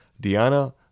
Diana